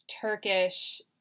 Turkish